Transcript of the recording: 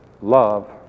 love